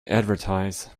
advertise